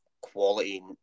quality